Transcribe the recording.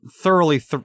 thoroughly